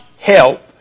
help